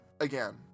again